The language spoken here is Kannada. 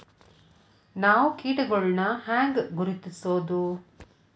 ನಾವ್ ಕೇಟಗೊಳ್ನ ಹ್ಯಾಂಗ್ ಗುರುತಿಸೋದು?